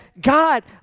God